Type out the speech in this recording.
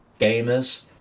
gamers